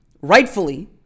rightfully